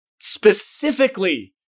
specifically